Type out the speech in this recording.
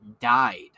died